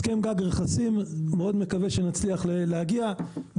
הסכם גג רכסים מאוד מקווה שנצליח להגיע,